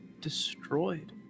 destroyed